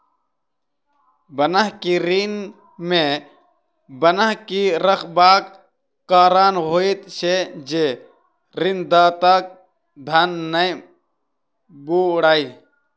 बन्हकी ऋण मे बन्हकी रखबाक कारण होइत छै जे ऋणदाताक धन नै बूड़य